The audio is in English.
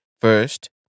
First